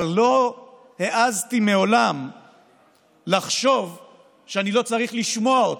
אבל לא העזתי מעולם לחשוב שאני לא צריך לשמוע אותם.